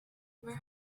where